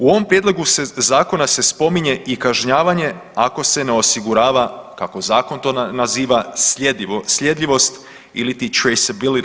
U ovom prijedlogu zakona se spominje i kažnjavanje ako se ne osigurava kako zakon to naziva sljedivost ili traceability.